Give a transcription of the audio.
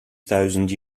thousand